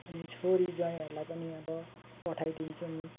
अनि छोरीज्वाइँहरूलाई पनि अब पठाइदिन्छौँ